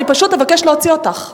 אני פשוט אבקש להוציא אותך.